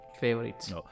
favorites